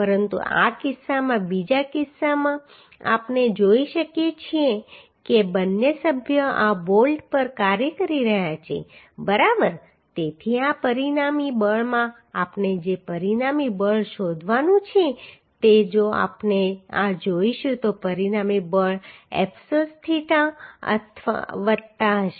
પરંતુ આ કિસ્સામાં બીજા કિસ્સામાં આપણે જોઈ શકીએ છીએ કે બંને સભ્યો આ બોલ્ટ પર કાર્ય કરી રહ્યા છે બરાબર તેથી આ પરિણામી બળમાં આપણે જે પરિણામી બળ શોધવાનું છે તે જો આપણે આ જોઈશું તો પરિણામી બળ એફ કોસ થીટા વત્તા હશે